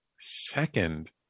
Second